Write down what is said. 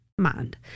mind